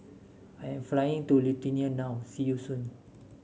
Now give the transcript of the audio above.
I'm flying to Lithuania now see you soon